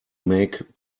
make